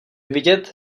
vidět